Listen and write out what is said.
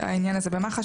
העניין הזה במח"ש.